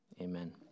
amen